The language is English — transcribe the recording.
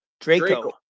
Draco